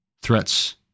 threats